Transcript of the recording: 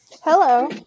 Hello